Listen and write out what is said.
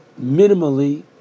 minimally